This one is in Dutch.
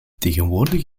tegenwoordig